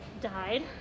died